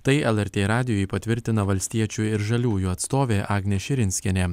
tai lrt radijui patvirtina valstiečių ir žaliųjų atstovė agnė širinskienė